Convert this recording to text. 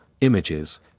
images